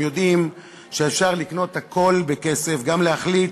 הם יודעים שאפשר לקנות הכול בכסף, גם להחליט